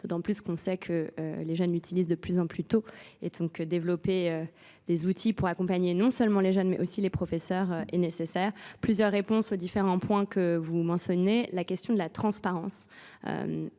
d'autant plus qu'on sait que les jeunes l'utilisent de plus en plus tôt et donc développer des outils pour accompagner non seulement les jeunes mais aussi les professeurs est nécessaire. Plusieurs réponses aux différents points que vous mentionnez. La question de la transparence